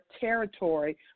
territory